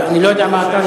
אני לא יודע מה אתה.